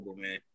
man